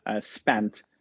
spent